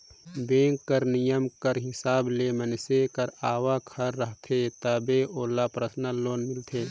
bank कर नियम कर हिसाब ले मइनसे कर आवक हर रहथे तबे ओला परसनल लोन मिलथे